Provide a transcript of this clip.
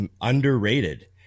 underrated